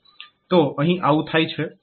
તો અહીં આવું થાય છે